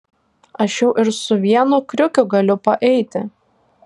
aš jau ir su vienu kriukiu galiu paeiti